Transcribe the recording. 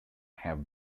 have